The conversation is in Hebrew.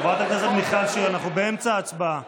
חברת הכנסת שיר, אני קורא אותך לסדר קריאה שלישית.